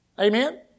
Amen